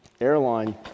airline